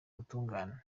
ubutungane